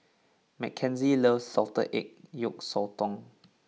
Mckenzie loves Salted Egg Yolk Sotong